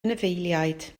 anifeiliaid